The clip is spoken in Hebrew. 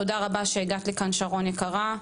תודה רבה שהגעת לכאן שרון יקרה.